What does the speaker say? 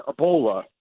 ebola